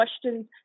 questions